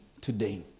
today